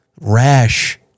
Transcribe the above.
Rash